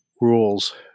rules